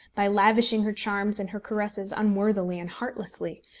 by lavishing her charms and her caresses unworthily and heartlessly,